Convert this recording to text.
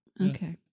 okay